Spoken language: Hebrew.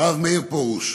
הרב מאיר פרוש,